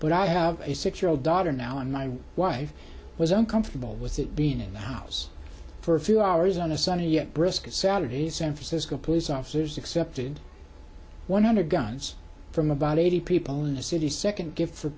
but i have a six year old daughter now and my wife was uncomfortable with it being in the house for a few hours on a sunday yet briskets saturdays san francisco police officers accepted one hundred guns from about eighty people in the city second gifts for